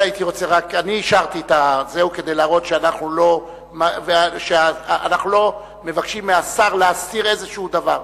אני אישרתי את זה כדי להראות שאנחנו לא מבקשים מהשר להסתיר איזה דבר.